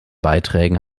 beiträgen